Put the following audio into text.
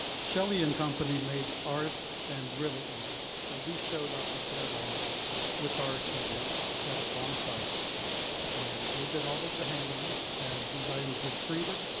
shelly and company made our end and really easy. so we showed up at their lab with our equipment set up on site and they did all of the handling as these items were treated.